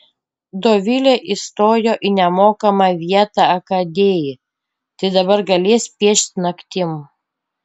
dovilė įstojo į nemokamą vietą akadėj tai dabar galės piešt naktim